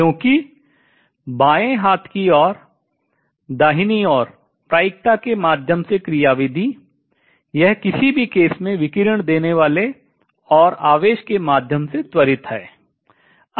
क्योंकि बाएं हाथ की ओर दाहिनी ओर प्रायिकता के माध्यम से क्रियाविधि यह किसी भी केस में विकिरण देने वाले और आवेश के माध्यम से त्वरित है